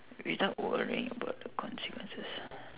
without worrying about the consequences